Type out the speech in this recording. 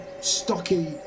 stocky